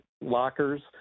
lockers